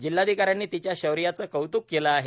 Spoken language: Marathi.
जिल्हाधिकाऱ्यांनी तिच्या शौर्याचे कौतुक केले आहे